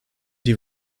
die